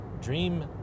Dream